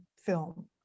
film